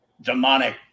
demonic